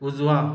उजवा